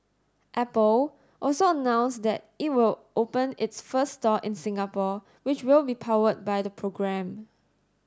Apple also announced that it will open its first store in Singapore which will be powered by the program